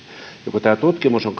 kun tämä tutkimus on